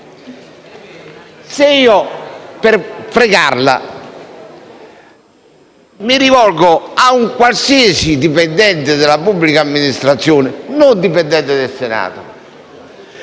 se io, per fregarla, mi rivolgessi a un qualsiasi dipendente della pubblica amministrazione (non a un dipendente del Senato)